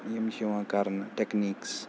یِم چھِ یِوان کَرنہٕ ٹٮ۪کنیٖکٕس